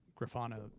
Grafana